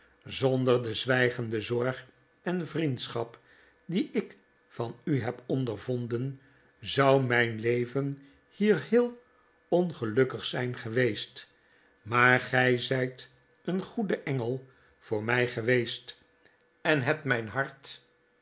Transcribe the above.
zonder de zwijgende zorg en vriendschap die ik van u heb ondervonden zou mijn leven hier heel ongelukkig zijn geweest maar gij zijt een goede engel voor mij geweest en hebt mijn hart